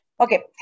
Okay